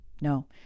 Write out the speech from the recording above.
No